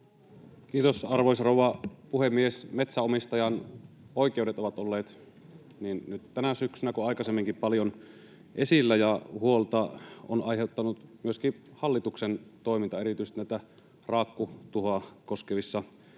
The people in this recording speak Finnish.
Kiitos, arvoisa rouva puhemies! Metsänomistajan oikeudet ovat olleet niin nyt tänä syksynä kuin aikaisemminkin paljon esillä, ja huolta on aiheuttanut myöskin hallituksen toiminta erityisesti näitä raakkutuhoja koskevissa